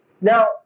Now